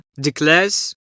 declares